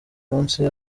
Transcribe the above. munsi